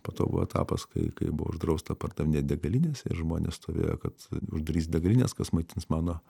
po to buvo etapas kai kai buvo uždrausta pardavinėt degalinėse žmonės stovėjo kad uždarys degalines kas maitins mano